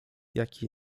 jaki